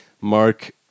Mark